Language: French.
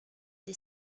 des